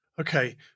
Okay